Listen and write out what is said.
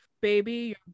Baby